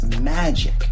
magic